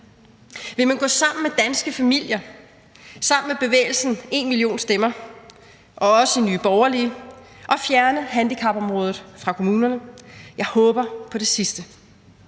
vil man gå sammen med danske familier, sammen med bevægelsen #enmillionstemmer og os i Nye Borgerlige og fjerne handicapområdet fra kommunerne? Jeg håber på det sidste.